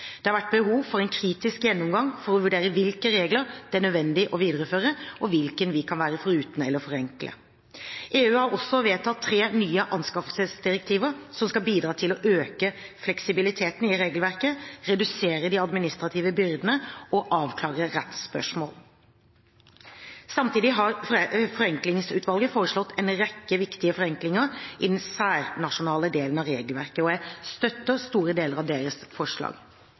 Det har vært behov for en kritisk gjennomgang for å vurdere hvilke regler det er nødvendig å videreføre, og hvilke vi kan være foruten eller forenkle. EU har også vedtatt tre nye anskaffelsesdirektiver som skal bidra til å øke fleksibiliteten i regelverket, redusere de administrative byrdene og avklare rettsspørsmål. Samtidig har Forenklingsutvalget foreslått en rekke viktige forenklinger i den særnasjonale delen av regelverket, og jeg støtter store deler av deres forslag.